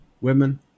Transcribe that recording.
Women